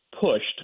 pushed